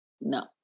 no